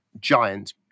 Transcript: giant